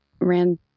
ran